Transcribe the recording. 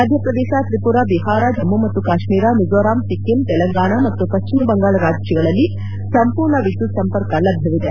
ಮಧ್ಯಪ್ರದೇಶ ತ್ರಿಪುರಾ ಬಿಹಾರ ಜಮ್ಮು ಮತ್ತು ಕಾಶ್ಮೀರ ಮಿಜೋರಾಂ ಸಿಕ್ಕಿಂ ತೆಲಂಗಾಣ ಮತ್ತು ಪಶ್ಚಿಮ ಬಂಗಾಳ ರಾಜ್ಯಗಳಲ್ಲಿ ಸಂಪೂರ್ಣ ವಿದ್ಯುತ್ ಸಂಪರ್ಕ ಲಭ್ಯವಿದೆ